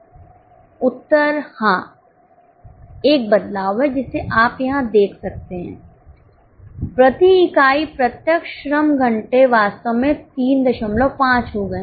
उत्तर हां एक बदलाव है जिसे आप यहां देख सकते हैं प्रति इकाई प्रत्यक्ष श्रम घंटे वास्तव में 35 हो गए हैं